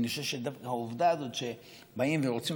ואני חושב שהעובדה הזאת שבאים ורוצים